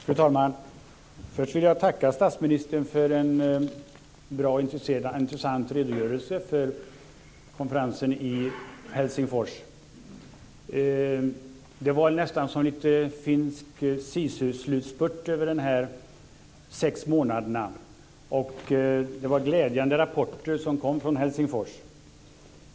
Fru talman! Först vill jag tacka statsministern för en bra och intressant redogörelse för konferensen i Helsingfors. Det var nästan lite finsk sisuslutspurt över de sex månaderna, och det var glädjande rapporter som kom från Helsingfors.